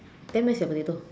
then where is your potato